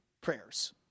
prayers